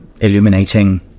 illuminating